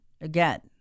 again